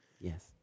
yes